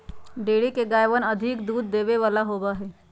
dairy के गायवन अधिक दूध देवे वाला होबा हई